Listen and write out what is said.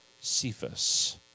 Cephas